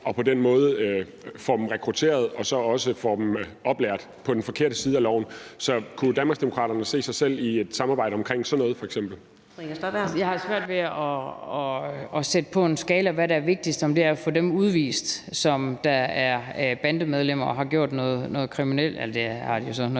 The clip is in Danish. og på den måde får dem rekrutteret og så også får dem oplært på den forkerte side af loven. Så kunne Danmarksdemokraterne se sig selv i et samarbejde omkring f.eks. sådan noget? Kl.